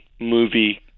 movie